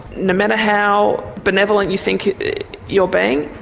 no matter how benevolent you think you're being,